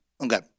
Okay